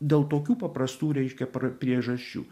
dėl tokių paprastų reiškia pr priežasčių